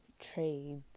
trades